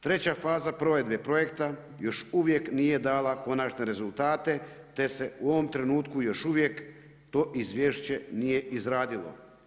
Treća faza provedbe projekte još uvijek nije dala konačne rezultate te se u ovom trenutku još uvijek to izvješće nije izradilo.